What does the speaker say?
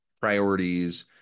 priorities